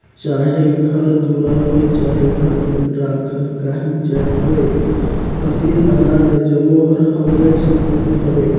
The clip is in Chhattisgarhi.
चाहे घर दुरा होए चहे घर में राखल काहीं जाएत होए फसिल, अनाज ए जम्मो हर हमरेच संपत्ति हवे